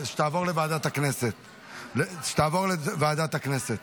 שתעבור לוועדת הכנסת